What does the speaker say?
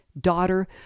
daughter